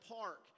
park